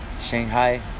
Shanghai